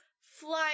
flying